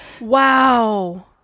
wow